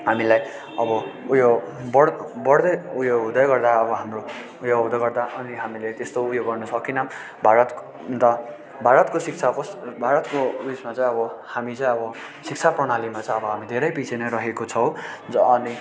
हामीलाई अब उयो बढा बढ्दै उयो हुँदै गर्दा अब हाम्रो उयो हुँदै गर्दा अनि हामीले त्यस्तो उयो गर्नु सकिन पनि भारत अन्त भारतको शिक्षा कस भारतको उइसमा चाहिँ अब हामी चाहिँ अब शिक्षा प्रणालीमा चाहिँ अब हामी धेरै पिच्छे नै रहेको छौँ अनि